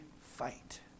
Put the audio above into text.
fight